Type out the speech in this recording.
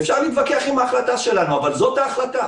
ואפשר להתווכח עם ההחלטה שלנו, אבל זאת ההחלטה